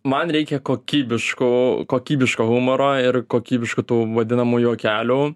man reikia kokybiškų kokybiško humoro ir kokybiškų tų vadinamų juokelių